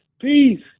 peace